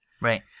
Right